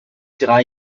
drei